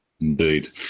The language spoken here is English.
Indeed